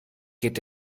geht